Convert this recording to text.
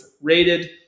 rated